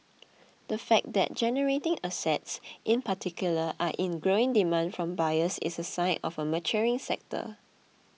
the fact that generating assets in particular are in growing demand from buyers is a sign of a maturing sector